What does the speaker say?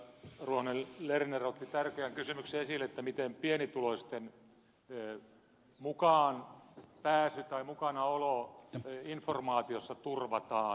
ruohonen lerner otti tärkeän kysymyksen esille sen miten pienituloisten mukaanpääsy tai mukanaolo informaatiossa turvataan